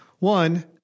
One